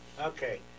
okay